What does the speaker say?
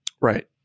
right